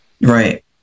Right